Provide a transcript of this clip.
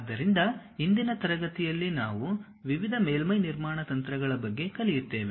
ಆದ್ದರಿಂದ ಇಂದಿನ ತರಗತಿಯಲ್ಲಿ ನಾವು ವಿವಿಧ ಮೇಲ್ಮೈ ನಿರ್ಮಾಣ ತಂತ್ರಗಳ ಬಗ್ಗೆ ಕಲಿಯುತ್ತೇವೆ